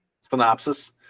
Synopsis